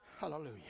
Hallelujah